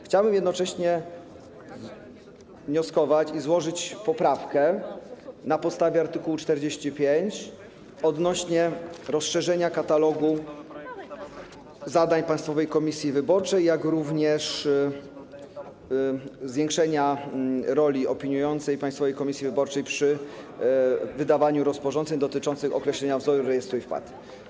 Chciałbym jednocześnie wnioskować, i złożyć poprawkę na podstawie art. 45, o rozszerzenie katalogu zadań Państwowej Komisji Wyborczej i zwiększenie roli opiniującej Państwowej Komisji Wyborczej przy wydawaniu rozporządzeń dotyczących określenia wzoru rejestru wpłat.